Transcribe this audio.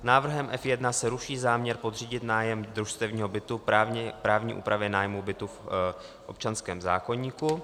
Návrhem F1 se ruší záměr podřídit nájem družstevního bytu právní úpravě nájmu bytu v občanském zákoníku.